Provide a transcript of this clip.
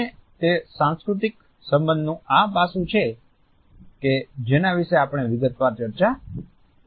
અને તે સાંસ્કૃતિક સંબંધનું આ પાસું છે કે જેના વિશે આપણે વિગતવાર ચર્ચા કરીશું